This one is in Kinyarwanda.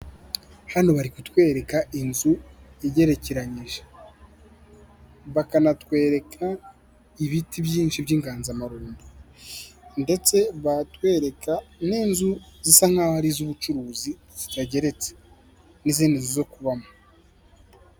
Hano bari kutwereka inzu igerekeranyije bakanatwereka ibiti byinshi by'inganzama ndetse batwereka n'inzu zisa nk'aho ari iz'ubucuruzi zitageretse n'izindi zo kubamo.